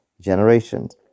generations